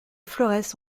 florès